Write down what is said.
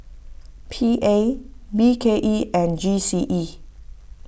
P A B K E and G C E